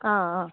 आं